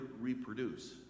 reproduce